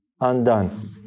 undone